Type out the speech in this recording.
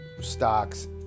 stocks